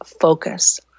focus